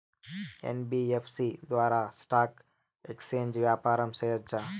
NBFC ద్వారా stock exchange వ్యాపారం సేయొచ్చా?